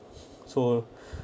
so